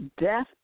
Death